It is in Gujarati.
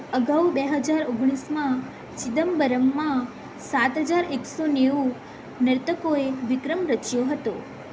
અગાઉ બે હજાર ઓગણીસમાં ચિદમ્બરમમાં સાત હજાર એકસો નેવું નર્તકોએ વિક્રમ રચ્યો હતો